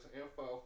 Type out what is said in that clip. info